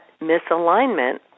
misalignment